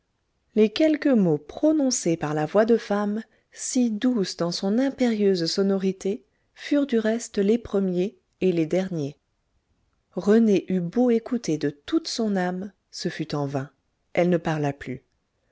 les quelques mots prononcés par la voix de femme si douce dans son impérieuse sonorité furent du reste les premiers et les derniers rené eut beau écouter de toute son âme ce fut en vain elle ne parla plus